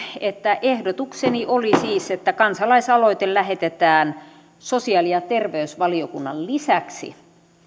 että ehdotukseni oli siis että kansalaisaloite lähetetään sosiaali ja terveysvaliokunnan lisäksi